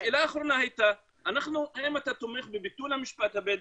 השאלה האחרונה הייתה האם אתה תומך בביטול המשפט הבדואי,